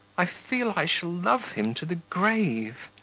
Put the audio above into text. i feel i shall love him to the grave.